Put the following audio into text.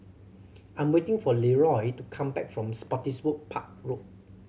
I'm waiting for Leeroy to come back from Spottiswoode Park Road